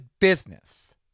business